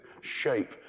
shape